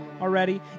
already